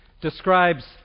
describes